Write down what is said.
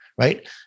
Right